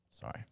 sorry